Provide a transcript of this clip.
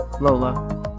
Lola